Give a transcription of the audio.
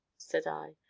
said i,